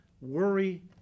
worry